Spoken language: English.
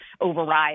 override